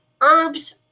herbs